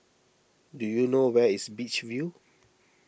do you know where is Beach View